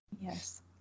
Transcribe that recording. yes